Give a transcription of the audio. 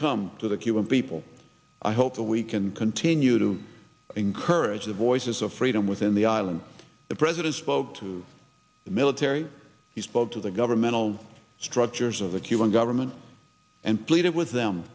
come to the cuban people i hope that we can continue to encourage the voices of freedom within the island the president spoke to the military he spoke to the governmental structures of the cuban government and pleaded with them